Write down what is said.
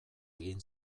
egin